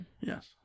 Yes